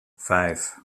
vijf